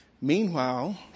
Meanwhile